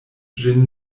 ĝin